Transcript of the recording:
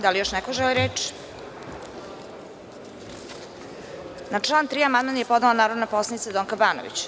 Da li još neko želi reč? (Ne.) Na član 3. amandman je podnela narodni poslanik Donka Banović.